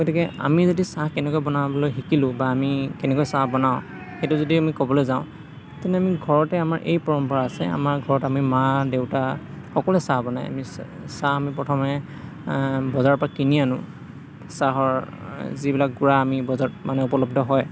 গতিকে আমি যদি চাহ কেনেকৈ বনাবলৈ শিকিলোঁ বা আমি কেনেকৈ চাহ বনাওঁ সেইটো যদি আমি ক'বলৈ যাওঁ তেন্তে আমি ঘৰতে আমাৰ এই পৰম্পৰা আছে আমাৰ ঘৰত আমি মা দেউতা সকলোৱে চাহ বনায় আমি চাহ চাহ আমি প্ৰথমে বজাৰৰ পৰা কিনি আনোঁ চাহৰ যিবিলাক গুড়া আমি বজাৰত মানে উপলব্ধ হয়